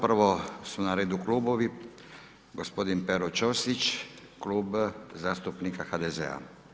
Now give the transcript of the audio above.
Prvo su na redu klubovi, gospodin Pero Ćosić, Klub zastupnika HDZ-a.